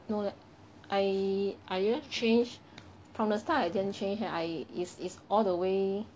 no leh I I just change from the start I didn't change ah I is is all the way